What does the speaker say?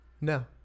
No